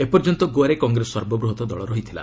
ଏପର୍ଯ୍ୟନ୍ତ ଗୋଆରେ କଂଗ୍ରେସ ସର୍ବବୃହତ ଦଳ ରହିଥିଲା